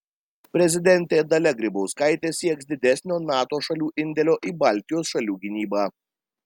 prezidentė dalia grybauskaitė sieks didesnio nato šalių indėlio į baltijos šalių gynybą